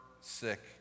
sick